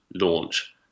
launch